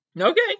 okay